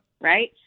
Right